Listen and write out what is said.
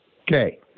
Okay